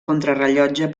contrarellotge